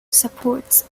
supports